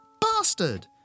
bastard